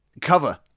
cover